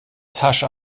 tasche